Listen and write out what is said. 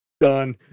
done